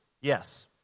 Yes